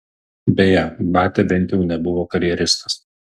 beje batia bent jau nebuvo karjeristas